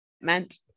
meant